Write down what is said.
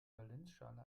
valenzschale